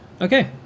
okay